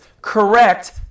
correct